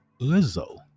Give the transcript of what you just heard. Lizzo